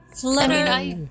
Flutter